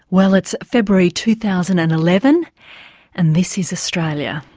well it's february two thousand and eleven and this is australia.